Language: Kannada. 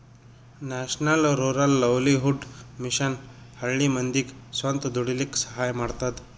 national rural livelihood mission ಹಳ್ಳಿ ಮಂದಿಗ್ ಸ್ವಂತ ದುಡೀಲಕ್ಕ ಸಹಾಯ ಮಾಡ್ತದ